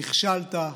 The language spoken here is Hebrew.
נכשלת,